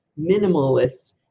minimalists